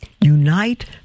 Unite